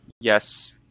yes